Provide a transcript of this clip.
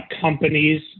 Companies